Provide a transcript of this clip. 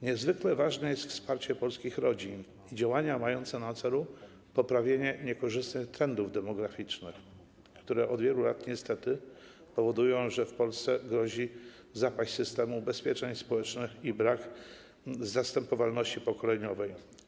Niezwykle ważne jest wsparcie polskich rodzin, ważne są działania mające na celu poprawienie niekorzystnych trendów demograficznych, które od wielu lat niestety powodują, że Polsce grozi zapaść systemu ubezpieczeń społecznych i brak zastępowalności pokoleniowej.